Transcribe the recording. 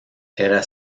era